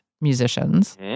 musicians